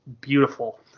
beautiful